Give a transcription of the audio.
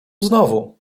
znowu